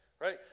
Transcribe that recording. right